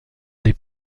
les